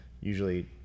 usually